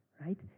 right